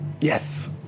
Yes